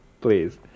Please